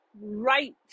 right